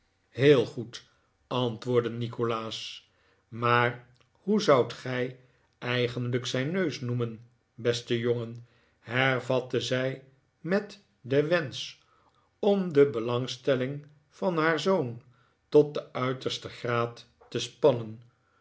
heel goed antwoordde nikolaas maar hoe zoudt gij eigenlijk zijn neus noemen beste jongen hervatte zij met den wensch om de belangstelling van haar zoon tot den uitersten graad te spannen